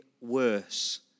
worse